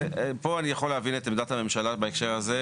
פה אני יכול להבין את עמדת הממשלה בהקשר הזה,